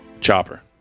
Chopper